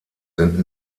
sind